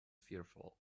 fearful